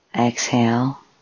exhale